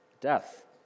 death